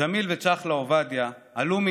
ג'מיל וצ'חלה עובדיה, עלו מעיראק.